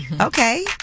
Okay